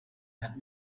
had